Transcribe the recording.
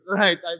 right